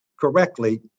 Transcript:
correctly